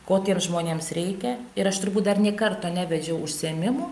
ko tiems žmonėms reikia ir aš turbūt dar nė karto nevedžiau užsiėmimų